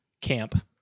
camp